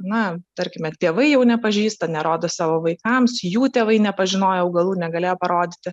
na tarkime tėvai jau nepažįsta nerodo savo vaikams jų tėvai nepažinojo augalų negalėjo parodyti